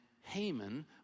Haman